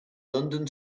london